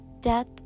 death